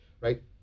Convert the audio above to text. right